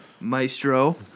maestro